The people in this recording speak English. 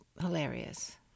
hilarious